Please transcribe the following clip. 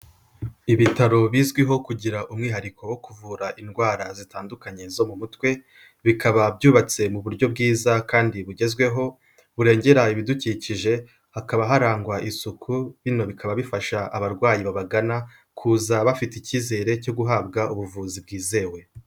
Ibitaro bizwiho kugira umwihariko wo kuvura indwara zitandukanye zo mu mutwe, bikaba byubatse mu buryo bwiza kandi bugezweho, burengera ibidukikije, hakaba harangwa isuku, bino bikaba bifasha abarwayi babagana kuza bafite icyizere cyo guhabwa ubuvuzi bwizewe.